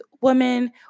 women